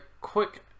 quick